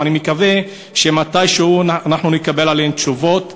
ואני מקווה שמתישהו אנחנו נקבל עליהן תשובות.